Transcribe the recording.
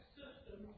system